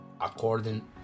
according